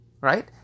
right